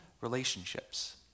relationships